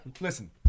Listen